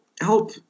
help